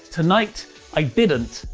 tonight i didn't.